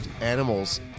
animals